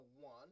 one